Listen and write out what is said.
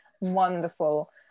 Wonderful